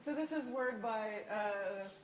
this has worked by